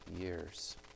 years